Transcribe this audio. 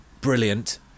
Brilliant